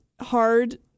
hard